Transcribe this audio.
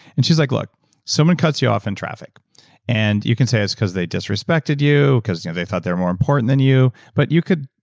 and she's like, look someone cuts you off in traffic and you can it's cause they disrespected you cause you know they thought they were more important than you, but you could.